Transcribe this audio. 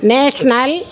national